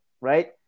right